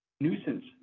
nuisance